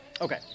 Okay